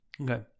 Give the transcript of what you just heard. Okay